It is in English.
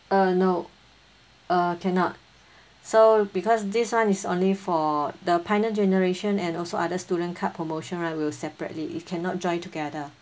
uh no uh cannot so because this [one] is only for the pioneer generation and also other student card promotion right will separately it cannot join together